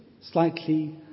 slightly